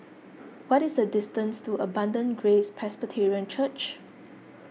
what is the distance to Abundant Grace Presbyterian Church